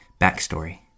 Backstory